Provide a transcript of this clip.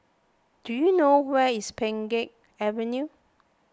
do you know where is Pheng Geck Avenue